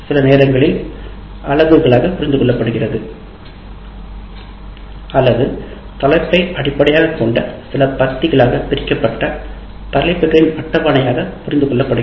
சில நேரங்களில் அலகுகளாக அல்லது தலைப்பை அடிப்படையாகக் கொண்டு அமைக்கப்பட்ட சில பத்திகளாகப் இரண்டு பெறப்படுகிறதுபுரிந்துகொள்ளப்படுகிறது